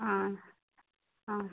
ആ ആ